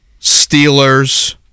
Steelers